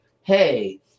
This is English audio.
hey